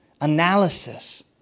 analysis